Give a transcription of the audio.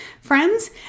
friends